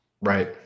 right